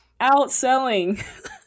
outselling